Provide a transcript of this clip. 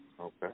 Okay